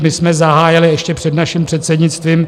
My jsme zahájili ještě před naším předsednictvím...